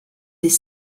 des